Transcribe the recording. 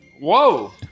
whoa